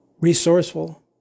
Resourceful